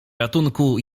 ratunku